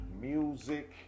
music